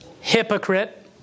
Hypocrite